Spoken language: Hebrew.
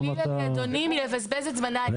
חלילה לי, אדוני, מלבזבז את זמנה היקר של הוועדה.